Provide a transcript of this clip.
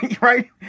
right